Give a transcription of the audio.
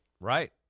right